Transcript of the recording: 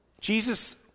Jesus